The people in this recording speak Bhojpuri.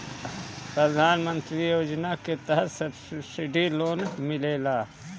प्रधान मंत्री योजना के तहत सब्सिडी लोन मिलेला